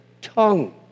tongue